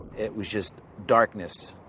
it was just darkness.